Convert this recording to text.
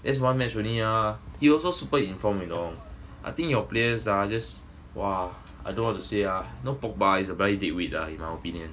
just one match only ah he also super in form you know I think your players ah just !wah! I don't want to say ah pogba a very big win ah you my opinion